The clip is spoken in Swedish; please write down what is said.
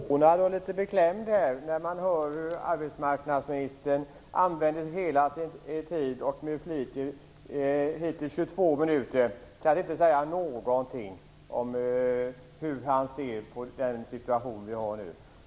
Fru talman! Jag blir litet förvånad och beklämd när jag hör arbetsmarknadsministern använda hela sin taletid, med repliker hittills 22 minuter, utan att säga någonting om hur han ser på den situation som vi nu har.